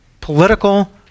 political